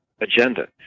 agenda